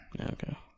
okay